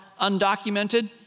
undocumented